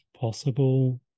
possible